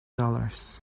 dollars